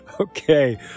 Okay